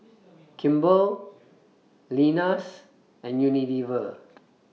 Kimball Lenas and Unilever